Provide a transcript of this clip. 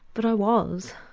but i was.